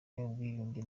n’ubwiyunge